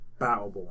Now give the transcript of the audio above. Battleborn